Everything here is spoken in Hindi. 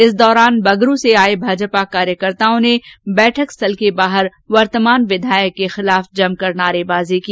इस दौरान बगरू से आये भाजपा कार्यकर्ताओं ने बैठक स्थल के बाहर वर्तमान विधायक के खिलाफ जमकर नारेबाजी की